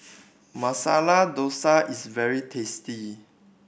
Masala Dosa is very tasty